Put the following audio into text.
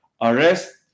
Arrest